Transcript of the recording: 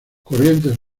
corrientes